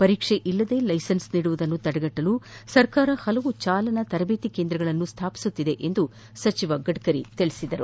ಪರೀಕ್ಷೆ ಇಲ್ಲದೆ ಲೈಸನ್ಸ್ ನೀಡುವುದನ್ನು ತಡೆಯಲು ಸರ್ಕಾರ ಹಲವಾರು ಚಾಲನಾ ತರಬೇತಿ ಕೇಂದ್ರಗಳನ್ನು ಸ್ಲಾಪಿಸುತ್ತಿದೆ ಎಂದು ಗಡ್ಕರಿ ತಿಳಿಸಿದರು